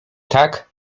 tak